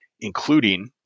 including